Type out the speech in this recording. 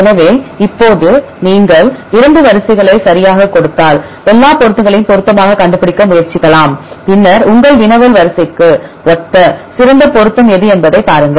எனவே இப்போது நீங்கள் 2 வரிசைகளை சரியாகக் கொடுத்தால் எல்லா பொருத்தங்களையும் பொருத்தமாகக் கண்டுபிடிக்க முயற்சிக்கலாம் பின்னர் உங்கள் வினவல் வரிசைக்கு ஒத்த சிறந்த பொருத்தம் எது என்பதைப் பாருங்கள்